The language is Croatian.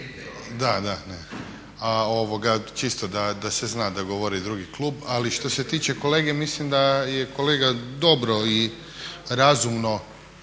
… Čisto da se zna da govori drugi klub. Ali što se tiče kolege mislim da je kolega dobro i razumno